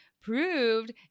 proved